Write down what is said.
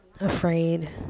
afraid